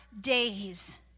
days